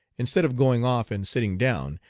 instead of going off and sitting down,